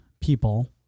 people